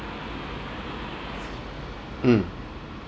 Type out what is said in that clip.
mm